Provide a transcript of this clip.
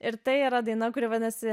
ir tai yra daina kuri vadinasi